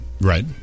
Right